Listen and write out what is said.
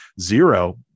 zero